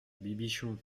bibichon